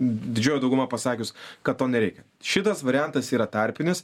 didžioji dauguma pasakius kad to nereikia šitas variantas yra tarpinis